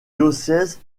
diocèse